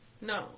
No